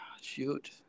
Shoot